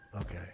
Okay